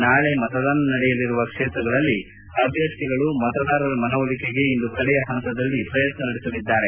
ನಾಳೆ ಮತದಾನ ನಡೆಯಲಿರುವ ಕ್ಷೇತ್ರಗಳಲ್ಲಿ ಅಭ್ವರ್ಥಿಗಳು ಮತದಾರರ ಮನವೊಲಿಕೆಗೆ ಇಂದು ಕಡೆಯ ಹಂತದ ಪ್ರಯತ್ನದಲ್ಲಿ ನಿರತರಾಗಿದ್ದಾರೆ